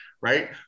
right